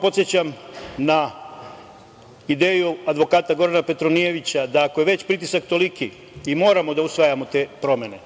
podsećam na ideju advokata, Gorana Petronijevića, da ako je već pritisak toliki i moramo da usvajamo te promene,